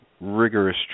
Rigorous